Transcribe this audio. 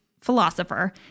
philosopher